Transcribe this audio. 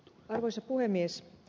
arvoisa puhemies